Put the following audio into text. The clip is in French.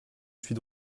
suis